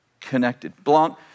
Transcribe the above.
connected